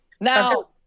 Now